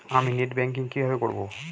আমি net banking কিভাবে করব?